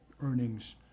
earnings